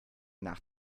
nach